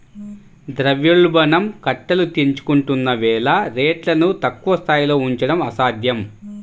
ద్రవ్యోల్బణం కట్టలు తెంచుకుంటున్న వేళ రేట్లను తక్కువ స్థాయిలో ఉంచడం అసాధ్యం